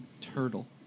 turtle